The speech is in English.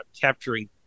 capturing